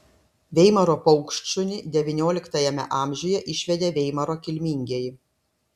veimaro paukštšunį devynioliktajame amžiuje išvedė veimaro kilmingieji